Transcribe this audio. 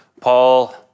Paul